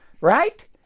Right